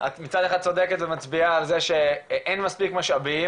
את מצד אחד צודקת ומצביעה על זה שאין מספיק משאבים,